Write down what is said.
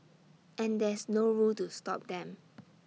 and there's no rule to stop them